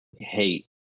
hate